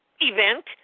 event